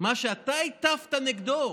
מה שאתה הטפת נגדו?